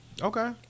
Okay